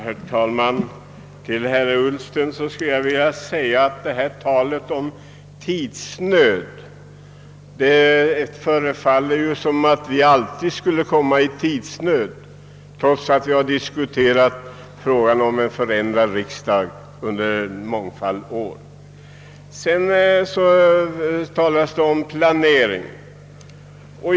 Herr talman! Till herr Ullsten skulle jag vilja säga att det förefaller som om vi alltid skulle befinna oss i tidsnöd. Det gäller även i detta fall, trots att vi diskuterat frågan om en förändrad riksdag under många år. Sedan talades det om planering.